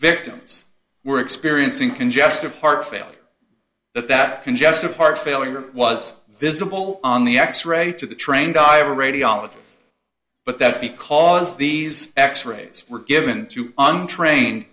victims were experiencing congestive heart failure that that congestive heart failure was visible on the x ray to the trained eye ready ologies but that because these x rays were given to untrained